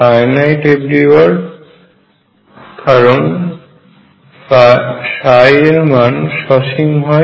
কারণ এর মান সসীম হয়